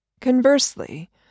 Conversely